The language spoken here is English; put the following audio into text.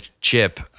chip